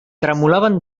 tremolaven